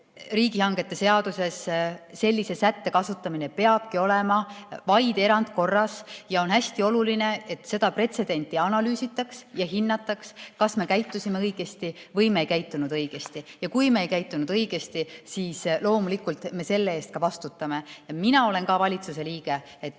riigihangete seaduse kohaselt sellise sätte kasutamine peabki olema vaid erandkorras. Ja on hästi oluline, et seda pretsedenti analüüsitaks ja hinnataks, kas me käitusime õigesti või me ei käitunud õigesti. Ja kui me ei käitunud õigesti, siis loomulikult me selle eest ka vastutame. Mina olen ka valitsuse liige.